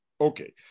Okay